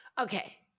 Okay